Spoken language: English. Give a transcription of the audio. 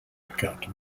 count